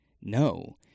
no